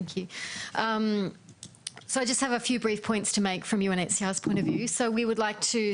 תודה, ותודה ליו"ר שאפשר לנו לדבר היום, תודה לך.